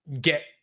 Get